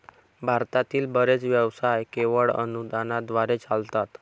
भारतातील बरेच व्यवसाय केवळ अनुदानाद्वारे चालतात